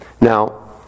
Now